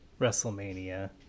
WrestleMania